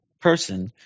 person